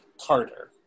Carter